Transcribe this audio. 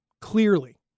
clearly